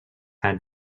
had